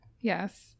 yes